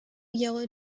yellow